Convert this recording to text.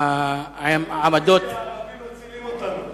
חבר הכנסת טיבי, הערבים מצילים אותנו.